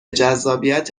جذابیت